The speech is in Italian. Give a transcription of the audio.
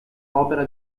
opera